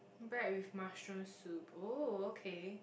bread with mushroom soup oh okay